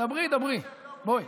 דברי, דברי, בואי.